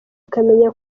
ukamenya